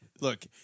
Look